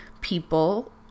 people